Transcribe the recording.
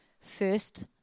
First